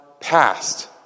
past